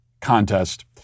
Contest